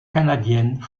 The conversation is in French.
canadienne